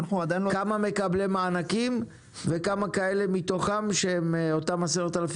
כמה מקבלי מענקים וכמה מהם מתוכם שהם אותם 10,000